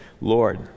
Lord